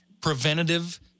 preventative